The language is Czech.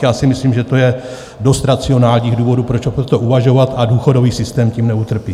Já si myslím, že to je dost racionálních důvodů, proč o tomto uvažovat, a důchodový systém tím neutrpí.